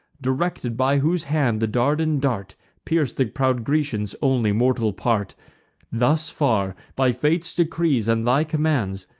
directed by whose hand the dardan dart pierc'd the proud grecian's only mortal part thus far, by fate's decrees and thy commands,